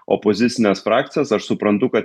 opozicines frakcijas aš suprantu kad